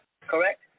correct